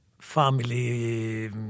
family